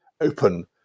open